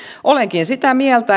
olenkin sitä mieltä